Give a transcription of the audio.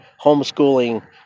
homeschooling